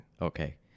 Okay